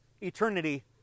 eternity